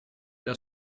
der